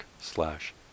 slash